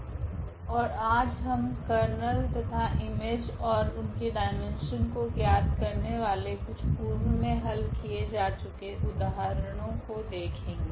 ओर आज हम कर्नेल तथा इमेज ओर उनके डाईमेन्शन को ज्ञात करने वाले कुछ पूर्व मे हल किए जा चुके उदाहरणो को देखेगे